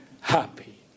happy